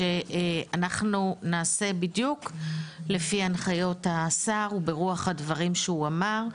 אנחנו נעשה בדיוק לפי הנחיות השר וברוח הדברים שהוא אמר,